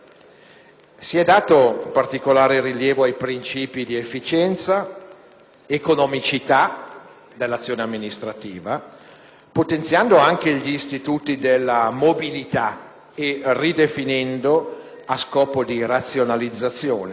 Si è dato particolare rilievo ai principi di efficienza ed economicità dell'azione amministrativa, potenziando anche gli istituti della mobilità e ridefinendo, a scopo di razionalizzazione,